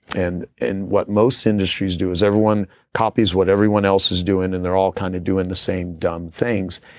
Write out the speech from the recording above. and and what most industries do, is everyone copies what everyone else is doing, and they're all kind of doing the same dumb things.